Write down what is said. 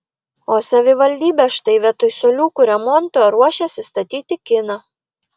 o savivaldybė štai vietoj suoliukų remonto ruošiasi statyti kiną